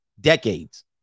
decades